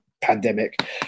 pandemic